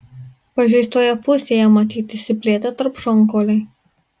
pažeistoje pusėje matyti išsiplėtę tarpšonkauliai